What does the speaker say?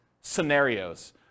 scenarios